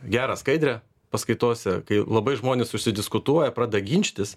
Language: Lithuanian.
gerą skaidrę paskaitose kai labai žmonės užsdiskutuoja pradeda ginčytis